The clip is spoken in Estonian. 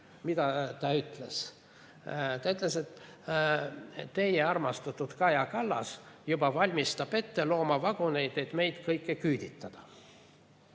mida ta ütles. Ta ütles, et teie armastatud Kaja Kallas juba valmistab ette loomavaguneid, et meid kõiki küüditada.